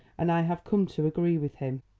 and i have come to agree with him.